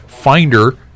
Finder